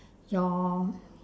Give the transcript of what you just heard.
your